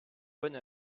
bonne